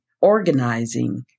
organizing